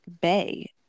Bay